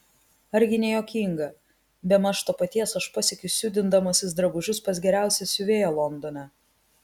argi ne juokinga bemaž to paties aš pasiekiu siūdindamasis drabužius pas geriausią siuvėją londone